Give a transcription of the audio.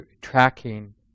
tracking